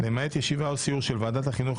למעט ישיבה או סיור של ועדת החינוך